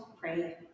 pray